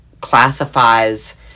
classifies